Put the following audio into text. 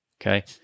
Okay